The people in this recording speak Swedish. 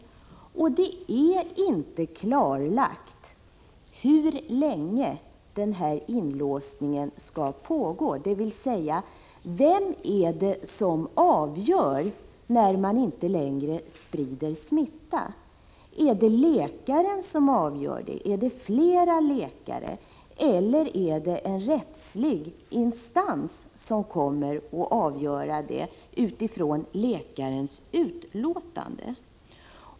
Det ärinte klarlagt hur länge inlåsningen skall vara, dvs. vem det är som avgör när man inte längre sprider smitta. Är det läkaren, är det flera läkare eller är det en rättslig instans som kommer att avgöra det utifrån läkares utlåtande?